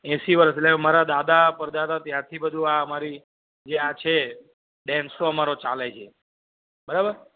એંસી વર્ષ એટલે હવે મારા દાદા પર દાદા ત્યાંથી બધું આ અમારી જે આ છે ડેનસો અમારો ચાલે છે બરાબર